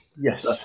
Yes